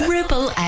Ripple